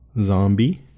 zombie